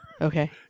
Okay